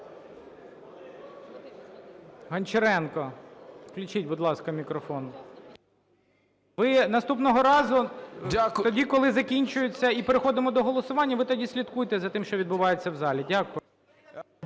Гончаренко включіть, будь ласка, мікрофон. Ви наступного разу тоді, коли закінчується і переходимо до голосування, ви тоді слідкуйте за тим, що відбувається в залі. Дякую.